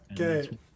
okay